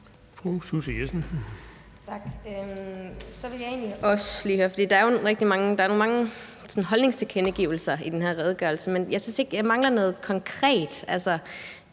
er jo mange sådan holdningstilkendegivelser i den her redegørelse, men jeg mangler noget konkret